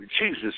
Jesus